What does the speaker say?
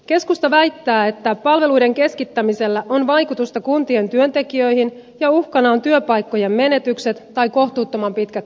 keskusta väittää että palveluiden keskittämisellä on vaikutusta kuntien työntekijöihin ja uhkana ovat työpaikkojen menetykset tai kohtuuttoman pitkät työmatkat